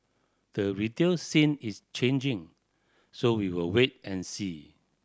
the retail scene is changing so we'll wait and see